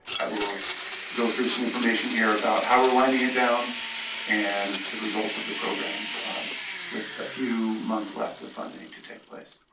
i will go through some information here about how we're winding it down and the results of the program with a few months left of funding to take place.